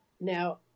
Now